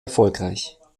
erfolgreich